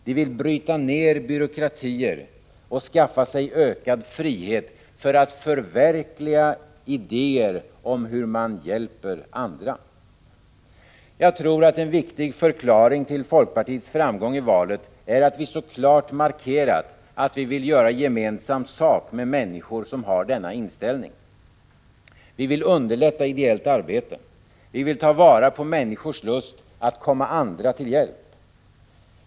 De vill bryta ner byråkratier och skaffa sig ökad frihet för att förverkliga idéer om hur man hjälper andra. Jag tror att en viktig förklaring till folkpartiets framgång i valet är att vi så klart markerat, att vi vill göra gemensam sak med människor som har denna inställning. Vi vill underlätta ideellt arbete. Vi vill ta vara på människors lust att komma andra till hjälp.